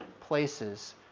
places